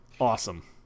Awesome